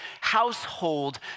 household